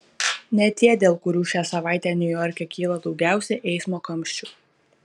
ne tie dėl kurių šią savaitę niujorke kyla daugiausiai eismo kamščių